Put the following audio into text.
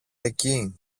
εκεί